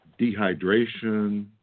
dehydration